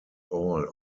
all